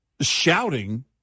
shouting